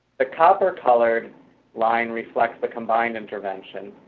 the copper colored line reflects the combined intervention,